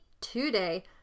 today